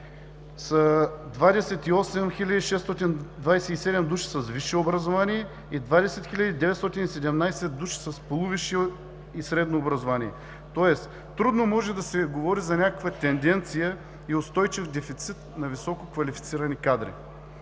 са 28 627 души с висше образование и 20 917 души с полувисше и средно образование. Тоест трудно може да се говори за някаква тенденция и устойчив дефицит на висококвалифицирани кадри.